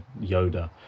yoda